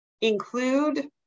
include